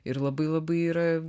ir labai labai yra